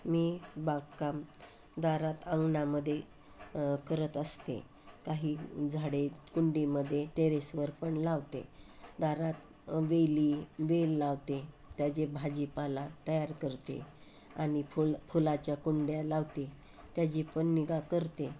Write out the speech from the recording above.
मी बागकाम दारात अंगणामध्ये करत असते काही झाडे कुंडीमध्ये टेरेसवर पण लावते दारात वेली वेल लावते ताजे भाजीपाला तयार करते आणि फुल फुलाच्या कुंड्या लावते त्याची पण निगा करते